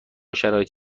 شرایط